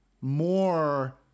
more